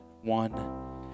One